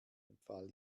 empfahl